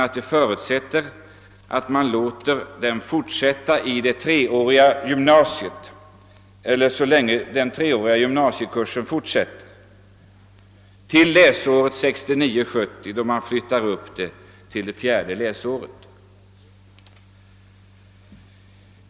Detta förutsätter emellertid att man låter den fortsätta så länge den treåriga gymnasiekursen = finns = till, d. v. s. till läsåret 1969/70, då man flyttar upp den till en fjärde årskurs.